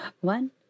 one